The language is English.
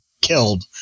killed